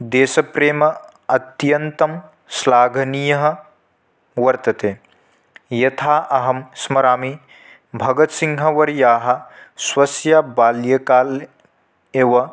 देशप्रेम अत्यन्तं श्लाघनीयं वर्तते यथा अहं स्मरामि भगत्सिंहवर्यः स्वस्य बाल्यकाले एव